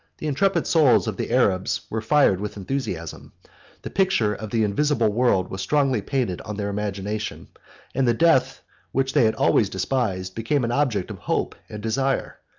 the intrepid souls of the arabs were fired with enthusiasm the picture of the invisible world was strongly painted on their imagination and the death which they had always despised became an object of hope and desire.